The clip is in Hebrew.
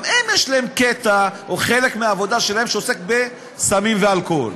גם הם, חלק מהעבודה שלהם זה סמים ואלכוהול.